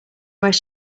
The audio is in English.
where